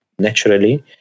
Naturally